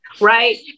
Right